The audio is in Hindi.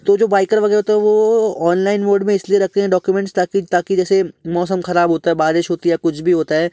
तो जो बाइकर वगैरह होते हैं वो ऑनलाइन मोड में इसलिए रखते हैं डॉक्यूमेंट्स ताकि ताकि जैसे मौसम खराब होता है बारिश होती है या कुछ भी होता है